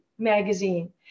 magazine